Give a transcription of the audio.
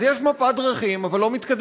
אז יש מפת דרכים, אבל לא מתקדמים.